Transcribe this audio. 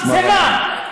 זה רע.